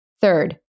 Third